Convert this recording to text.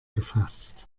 gefasst